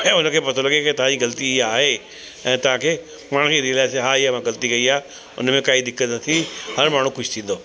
ऐं उनखे पतो लॻे के तव्हांजी ग़लती इहे आहे ऐं तव्हांखे पाण खे रियलाइज़ थिए की हा मां इहे ग़लती कई आहे उनमें काई दिक़त न थी हाणे माण्हू ख़ुशि थींदो